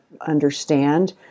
understand